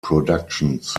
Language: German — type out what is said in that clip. productions